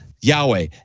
Yahweh